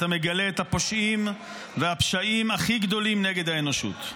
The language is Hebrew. אתה מגלה את הפושעים והפשעים הכי גדולים נגד האנושות.